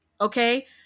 Okay